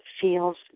feels